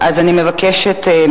ומה